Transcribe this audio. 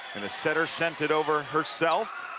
and the setter sent it over herself.